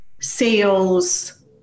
sales